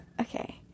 okay